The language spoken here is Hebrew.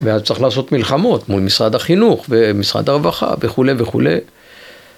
ואז צריך לעשות מלחמות מול משרד החינוך ומשרד הרווחה וכולי וכולי.